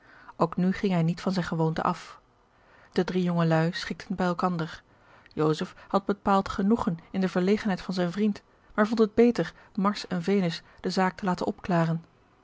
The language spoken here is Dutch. ook nu ging hij niet van zijne gewoonte af de drie jongeluî schikten bij elkander joseph had bepaald genoegen in de verlegenheid van zijn vriend maar vond het beter mars en venus de zaak te laten opklaren